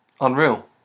Unreal